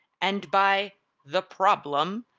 and by the problem,